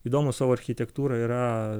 įdomus savo architektūra yra